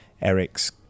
Eric's